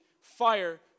fire